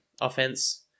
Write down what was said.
offense